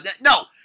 no